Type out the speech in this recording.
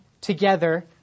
together